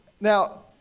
Now